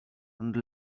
and